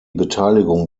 beteiligung